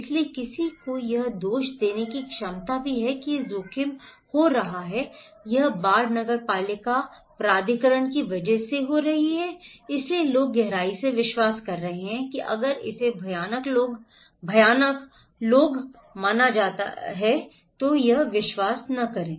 इसलिए किसी को यह दोष देने की क्षमता भी है कि यह जोखिम हो रहा है यह बाढ़ नगरपालिका प्राधिकरण की वजह से हो रही है इसलिए लोग गहराई से विश्वास कर रहे हैं कि अगर इसे भयानक लोग माना जाता है तो यह विश्वास न करें